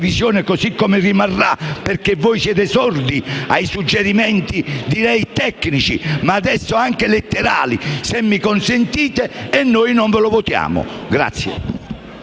così come rimarrà, perché voi siete sordi ai suggerimenti tecnici, ma anche letterali - se mi consentite - noi non lo votiamo.